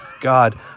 God